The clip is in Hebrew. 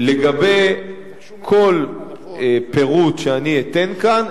לגבי כל פירוט שאני אתן כאן,